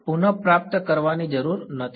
પુન પ્રાપ્ત કરવાની જરૂર નથી